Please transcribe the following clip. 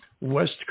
West